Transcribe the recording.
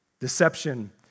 Deception